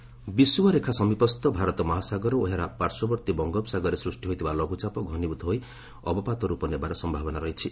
cyclone Fani ବିଷୁବ ରେଖା ସମୀପସ୍ଥ ଭାରତ ମହାସାଗର ଓ ଏହାର ପାର୍ଶ୍ୱବର୍ତ୍ତୀ ବଙ୍ଗୋପସାଗରରେ ସୃଷ୍ଟି ହୋଇଥିବା ଲଘୁଚାପ ଘନୀଭୂତ ହୋଇ ଅବପାତ ରୂପ ନେବାର ସମ୍ଭାବନା ରହିଛି